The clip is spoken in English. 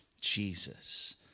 Jesus